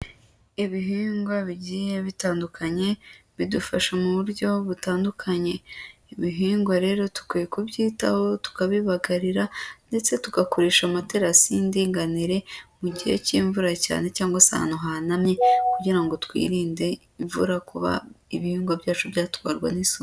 Ibihingwa bigiye bitandukanye bidufasha mu buryo butandukanye, ibihingwa rero dukwiye kubyitaho tukabibagarira ndetse tugakoresha amaterasi y'indinganire mu gihe cy'imvura cyane cyangwa se ahantu hahanamye, kugira ngo twirinde imvura kuba ibihingwa byacu byatwarwa n'isuri.